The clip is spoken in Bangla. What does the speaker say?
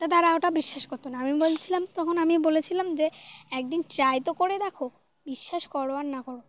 তা তারা ওটা বিশ্বাস করতো না আমি বলছিলাম তখন আমি বলেছিলাম যে একদিন ট্রাই তো করে দেখো বিশ্বাস করো আর না করো